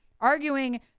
arguing